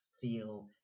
feel